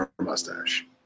mustache